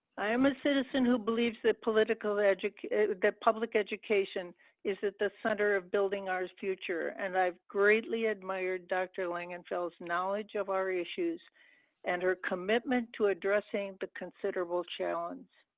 i am a citizen who believes the political educated that public education is at the center of building our future and i've greatly admired dr. langenfeld's knowledge of our issues and her commitment to addressing the but considerable challenge.